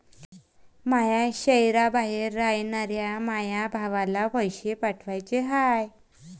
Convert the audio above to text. माया शैहराबाहेर रायनाऱ्या माया भावाला पैसे पाठवाचे हाय